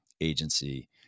agency